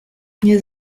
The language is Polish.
nie